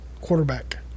quarterback